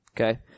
Okay